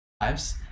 lives